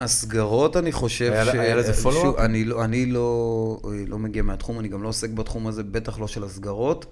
הסגרות, אני חושב ש... היה לזה פולו אפ? אני לא מגיע מהתחום, אני גם לא עוסק בתחום הזה, בטח לא של הסגרות.